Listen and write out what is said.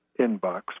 inbox